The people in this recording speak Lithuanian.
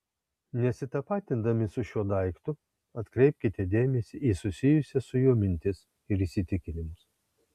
nesitapatindami su šiuo daiktu atkreipkite dėmesį į susijusias su juo mintis ir įsitikinimus